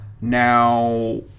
Now